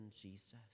Jesus